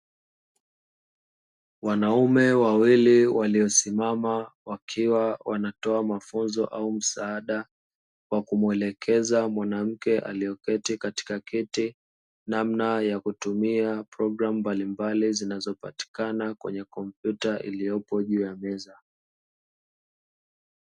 Wanaume wawele waliosimama wakiwa wanatoa mafunzo au msaada wa kumwelekeza mwanamke aliyeketi katika kete namna ya kutumia program mbalimbali zinazopatikana kwenye kompyuta iliyopo juu ya meza.